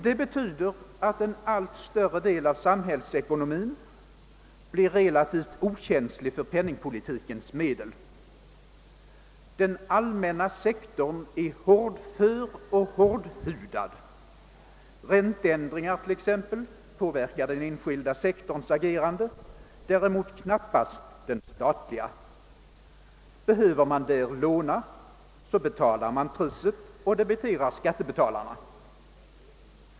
Detta betyder att en allt större del av samhällsekonomin blir relativt okänslig för penningpoli tikens medel. Den allmänna sektorn är hårdför och hårdhudad. Ränteändringar påverkar t.ex. den enskilda sektorns agerande, däremot knappast den statliga. Om man där behöver låna, så betalar man priset och debiterar skattebetalarna.